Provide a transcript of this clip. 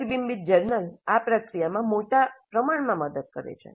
પ્રતિબિંબીત journal આ પ્રક્રિયામાં મોટા પ્રમાણમાં મદદ કરે છે